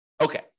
Okay